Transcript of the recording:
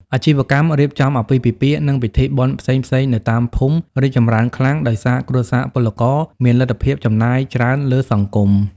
អាជីវកម្ម "រៀបចំអាពាហ៍ពិពាហ៍" និងពិធីបុណ្យផ្សេងៗនៅតាមភូមិ រីកចម្រើនខ្លាំង ដោយសារគ្រួសារពលករមានលទ្ធភាពចំណាយច្រើនលើសង្គម។